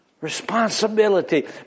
responsibility